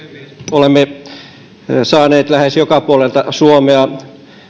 olemme saaneet lähes joka puolelta suomea